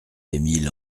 émile